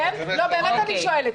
אני באמת שואלת,